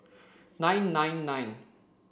nine nine nine